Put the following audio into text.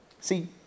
See